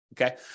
Okay